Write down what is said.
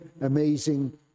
Amazing